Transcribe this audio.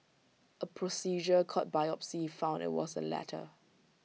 A procedure called biopsy found IT was the latter